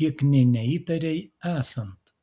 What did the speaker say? kiek nė neįtarei esant